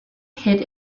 hit